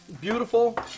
Beautiful